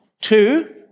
Two